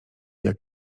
jak